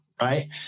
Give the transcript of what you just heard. Right